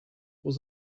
was